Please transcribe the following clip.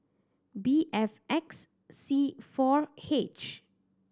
B F X C four H